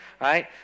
Right